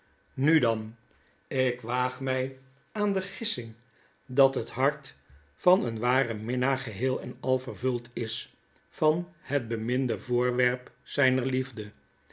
nu dan ik waag my aan de gissing dat het hart van een waren minnaar geheel en al vervuld is van het beminde voorwerp zyner liefde